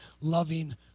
loving